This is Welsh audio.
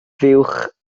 fuwch